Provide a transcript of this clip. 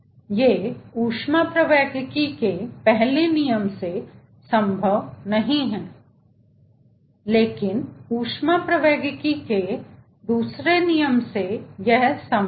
ये ऊष्मप्रवैगिकी के पहले नियम से संभव नहीं हैं लेकिन ऊष्मप्रवैगिकी के दूसरे नियम से ये चीजें संभव हैं